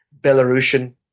Belarusian